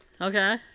Okay